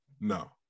no